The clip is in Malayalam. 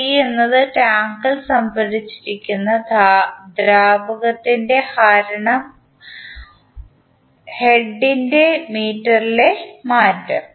സി എന്നത് ടാങ്കിൽ സംഭരിച്ചിരിക്കുന്ന ദ്രാവകത്തിലെ ഹരണം ഉച്ചസ്ഥാനത്തിൻറെ മീറ്ററിലെ മാറ്റം